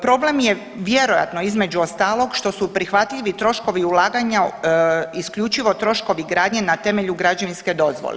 Problem je vjerojatno između ostalog što su prihvatljivi troškovi ulaganja isključivo troškovi gradnje na temelju građevinske dozvole.